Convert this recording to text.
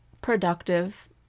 productive